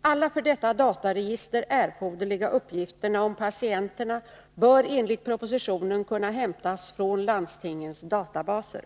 Alla för detta dataregister erforderliga uppgifter om patienterna bör enligt propositionen kunna hämtas från landstingens databaser.